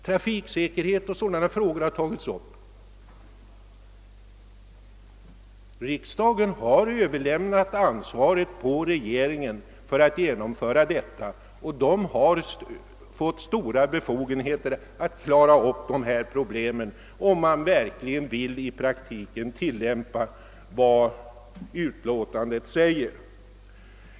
Trafiksäkerheten och sådana frågor har också tagits upp i 1963 års utskottsutlåtande. Riksdagen har lagt ansvaret på regeringen att genomföra detta, och regeringen har fått stora befogenheter för att klara upp dessa problem, om den verkligen i praktiken vill tillämpa vad som sägs i utskottets utlåtande.